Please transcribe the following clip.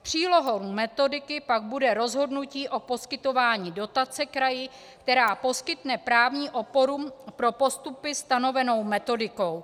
Přílohou metodiky pak bude rozhodnutí o poskytování dotace kraji, která poskytne právní oporu pro postupy stanovenou metodikou.